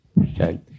Okay